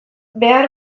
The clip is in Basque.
behar